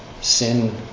Sin